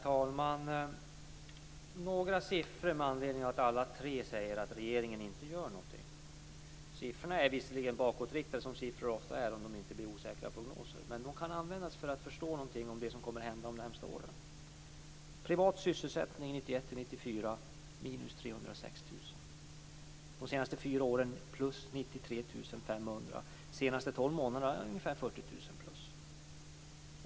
Herr talman! Några siffror med anledning av att alla tre debattdeltagarna säger att regeringen inte gör någonting. Siffrorna är visserligen bakåtriktade, som siffror ofta är om de inte är osäkra prognoser, men de kan användas för att förstå någonting om det som kommer att hända de närmaste åren. Privat sysselsättning 1991-1994: 306 000. De senaste fyra åren: +93 500. De senaste tolv månaderna: +40 000 ungefär.